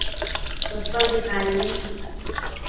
चप्पल दिखाइए